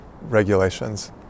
regulations